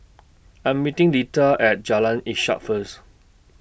I Am meeting Lida At Jalan Ishak First